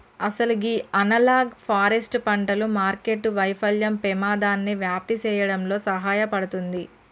అసలు గీ analog forest పంటలు మార్కెట్టు వైఫల్యం పెమాదాన్ని వ్యాప్తి సేయడంలో సహాయపడుతుంది